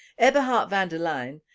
eberhard van der laan,